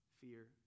fear